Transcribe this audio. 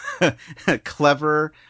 clever